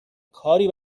کاری